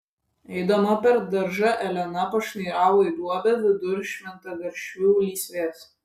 eidama per daržą elena pašnairavo į duobę vidur šventagaršvių lysvės